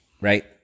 Right